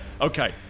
Okay